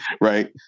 Right